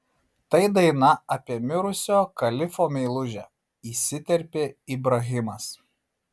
tai daina apie mirusio kalifo meilužę įsiterpė ibrahimas